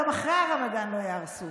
גם אחרי הרמדאן לא יהרסו.